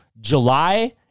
july